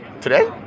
Today